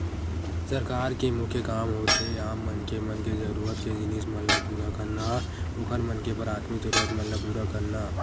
सरकार के मुख्य काम होथे आम मनखे मन के जरुरत के जिनिस मन ल पुरा करना, ओखर मन के पराथमिक जरुरत मन ल पुरा करना